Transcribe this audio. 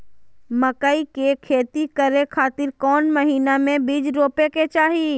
मकई के खेती करें खातिर कौन महीना में बीज रोपे के चाही?